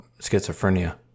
schizophrenia